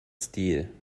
stil